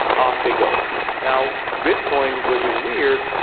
off they go now bitcoin, which is weird,